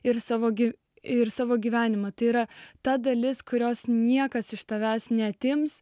ir savo gi ir savo gyvenimą tai yra ta dalis kurios niekas iš tavęs neatims